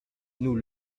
nous